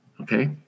Okay